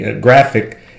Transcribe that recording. graphic